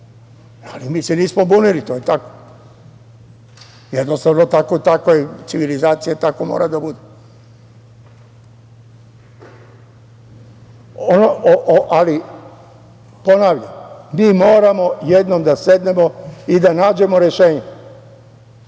Ali mi se nismo bunili, to je tako. Jednostavno, takva je civilizacija i tako mora da bude. Ponavljam, mi moramo jednom da sednemo i da nađemo rešenje